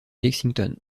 lexington